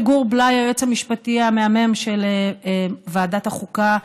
לגור בליי היועץ המשפטי המהמם של ועדת החוקה,